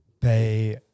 pay